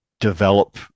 develop